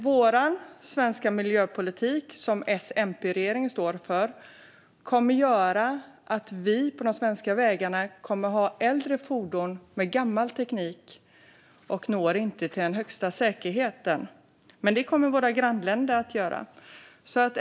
Vår svenska miljöpolitik som S-MP-regeringen står för kommer att innebära att det på de svenska vägarna kommer att finnas äldre fordon med gammal teknik som inte når upp till den högsta säkerheten. Men det kommer att finnas i våra grannländer.